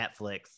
Netflix